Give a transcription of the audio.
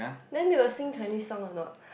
then they will sing Chinese song or not